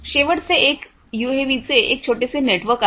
शेवटचे एक यूएव्हीचे एक छोटेसे नेटवर्क आहे